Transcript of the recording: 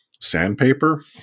sandpaper